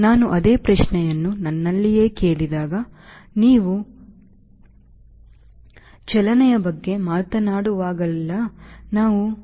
ನಾನು ಅದೇ ಪ್ರಶ್ನೆಯನ್ನು ನನ್ನಲ್ಲಿಯೇ ಕೇಳಿದಾಗ ನೀವು ಚಲನೆಯ ಬಗ್ಗೆ ಮಾತನಾಡುವಾಗಲೆಲ್ಲಾ ನಾವು m